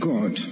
God